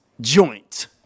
Joint